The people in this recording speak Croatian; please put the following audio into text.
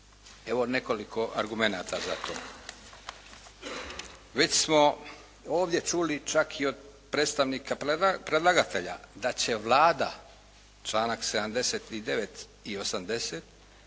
Evo nekoliko argumenata za to. Već smo ovdje čuli čak i od predstavnika predlagatelja da će Vlada, članak 79. i 80.,